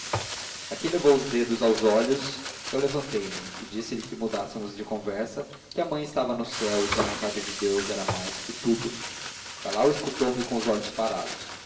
aqui levou os dedos aos olhos eu levantei-me e disse-lhe que mudássemos de conversa que a mãe estava no céu e que a vontade de deus era mais que tudo lalau escutou me com os olhos parados